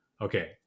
okay